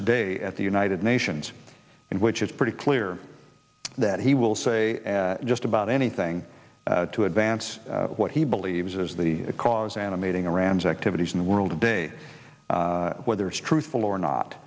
today at the united nations in which it's pretty clear that he will say just about anything to advance what he believes is the cause animating iran's activities in the world today whether it's truthful or not